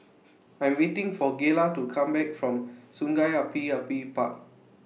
I'm waiting For Gayla to Come Back from Sungei Api Api Park